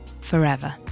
forever